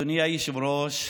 אדוני היושב-ראש,